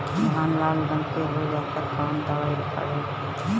धान लाल रंग के हो जाता कवन दवाई पढ़े?